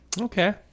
Okay